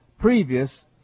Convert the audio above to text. previous